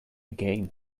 game